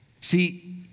See